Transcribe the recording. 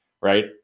right